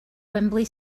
wembley